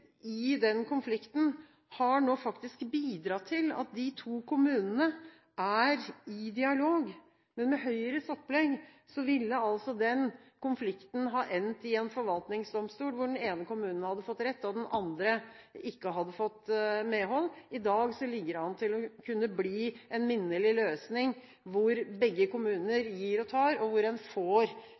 i den konflikten har nå faktisk bidratt til at de to kommunene er i dialog, men med Høyres opplegg ville altså den konflikten ha endt i en forvaltningsdomstol, hvor den ene kommunen hadde fått rett, og den andre ikke hadde fått medhold. I dag ser det ut til å kunne bli en minnelig løsning, hvor begge kommuner gir og tar, og hvor en til slutt får